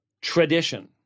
tradition